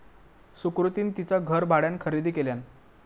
सुकृतीन तिचा घर भाड्यान खरेदी केल्यान